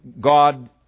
God